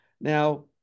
Now